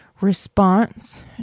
response